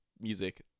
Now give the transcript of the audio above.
music